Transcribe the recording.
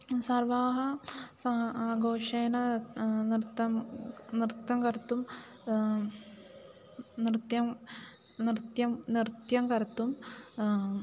सर्वाः सा आघोषेण नृत्तं नृत्तं कर्तुं नृत्यं नृत्यं नृत्यं कर्तुं